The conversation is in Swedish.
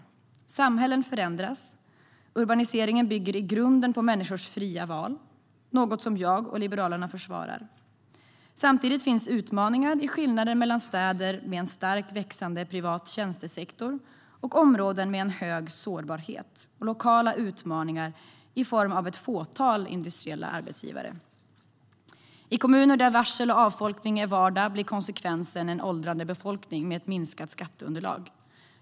Samhällen förändras. Urbaniseringen bygger i grunden på människors fria val, något som jag och Liberalerna försvarar. Samtidigt finns det utmaningar i skillnader mellan städer med en starkt växande privat tjänstesektor och områden med en hög sårbarhet. Det finns också lokala utmaningar i form av ett fåtal industriella arbetsgivare. I kommuner där varsel och avfolkning är vardag blir konsekvensen en åldrande befolkning och ett minskat skatteunderlag.